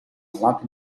lata